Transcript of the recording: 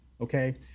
Okay